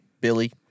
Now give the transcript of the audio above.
Billy